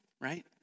right